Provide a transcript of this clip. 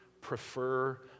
prefer